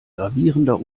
gravierender